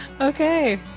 Okay